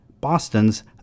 Boston's